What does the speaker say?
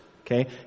okay